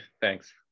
thanks